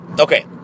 Okay